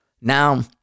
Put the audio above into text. Now